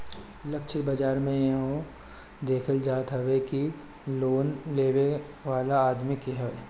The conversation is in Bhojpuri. लक्षित बाजार में इहो देखल जात हवे कि लोन लेवे वाला आदमी के हवे